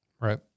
right